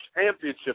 championship